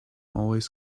always